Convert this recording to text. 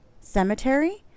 Cemetery